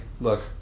Look